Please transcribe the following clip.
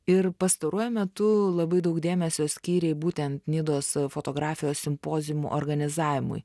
ir pastaruoju metu labai daug dėmesio skyrei būtent nidos fotografijos simpoziumų organizavimui